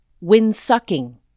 wind-sucking